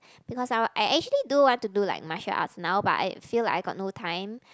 because I I actually do want to do like martial arts now but I feel like I got no time